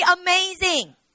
amazing